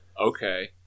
Okay